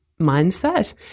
mindset